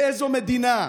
באיזו מדינה?